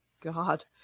god